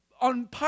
on